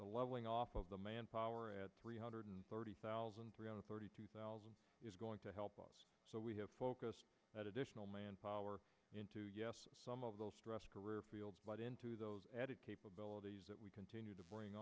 leveling off of the manpower at three hundred thirty thousand three hundred thirty two thousand is going to help us so we have focused that additional manpower into yes some of those stressed career fields but into those added capabilities that we continue to bring